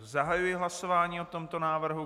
Zahajuji hlasování o tomto návrhu.